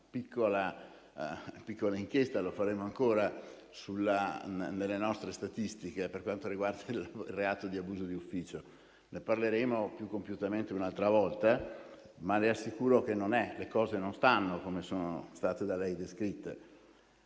fatto (e ne faremo ancora), nelle nostre statistiche per quanto riguarda il reato di abuso di ufficio. Ne parleremo più compiutamente un'altra volta, ma le assicuro che le cose non stanno come sono state da lei descritte.